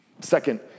Second